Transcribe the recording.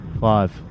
Five